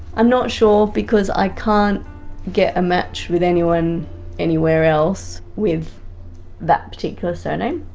i'm not sure because i can't get a match with anyone anywhere else with that particular surname,